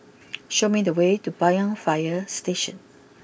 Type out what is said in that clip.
show me the way to Banyan fire Station